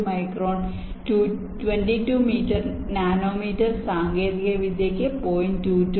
022 micron 22 nanometer സാങ്കേതികവിദ്യയ്ക്ക് 0